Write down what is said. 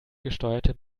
gesteuerte